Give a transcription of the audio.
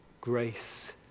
Grace